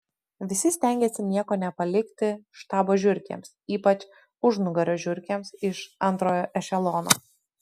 visi stengėsi nieko nepalikti štabo žiurkėms ypač užnugario žiurkėms iš antrojo ešelono